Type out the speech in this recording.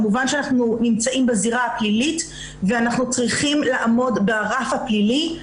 כמובן שאנחנו נמצאים בזירה הפלילית ואנחנו צריכים לעמוד ברף הפלילי.